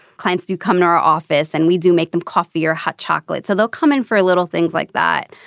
clients do come to our office and we do make them coffee or hot chocolate so they'll come in for a little things like that.